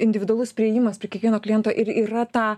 individualus priėjimas prie kiekvieno kliento ir yra ta